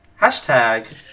Hashtag